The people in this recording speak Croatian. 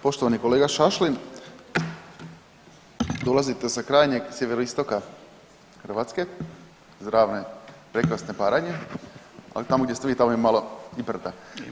Poštovani kolega Šašlin, dolazite sa krajnjeg sjeveroistoka Hrvatske, iz ravne prekrasne Baranje, ali tamo gdje vi tamo je malo i brda.